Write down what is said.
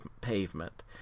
Pavement